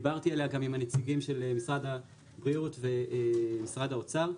דיברתי עליה גם עם הנציגים של משרד הבריאות ומשרד האוצר.